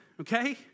okay